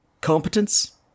competence